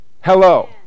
Hello